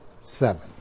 seven